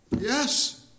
Yes